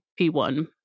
P1